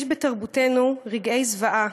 "יש בתרבותנו רגעי זוועה,